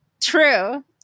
true